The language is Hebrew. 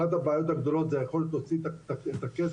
אחת הבעיות הגדולות זה היכולת להוציא את הכסף,